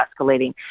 escalating